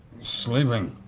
sleeping.